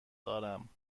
دارم